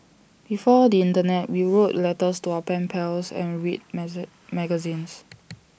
before the Internet we wrote letters to our pen pals and read magazines